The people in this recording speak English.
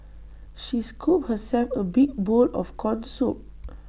she scooped herself A big bowl of Corn Soup